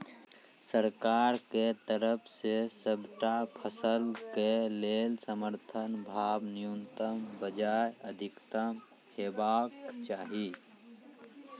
सरकारक तरफ सॅ सबटा फसलक लेल समर्थन भाव न्यूनतमक बजाय अधिकतम हेवाक चाही?